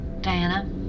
Diana